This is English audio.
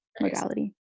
modality